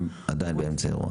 אתם עדיין באמצע אירוע.